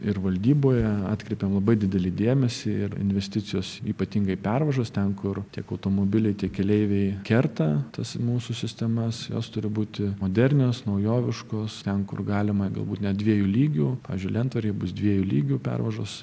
ir valdyboje atkreipėm labai didelį dėmesį ir investicijos ypatingai pervažos ten kur tiek automobiliai tiek keleiviai kerta tas mūsų sistemas jos turi būti modernios naujoviškos ten kur galima galbūt net dviejų lygių pavyzdžiui lentvaryje bus dviejų lygių pervažos